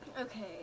okay